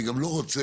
אני גם לא רוצה